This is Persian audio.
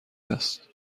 است